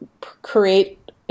create